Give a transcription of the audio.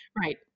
Right